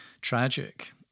tragic